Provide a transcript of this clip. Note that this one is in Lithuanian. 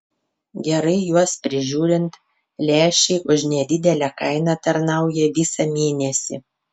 gerai juos prižiūrint lęšiai už nedidelę kainą tarnauja visą mėnesį